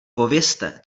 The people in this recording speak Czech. povězte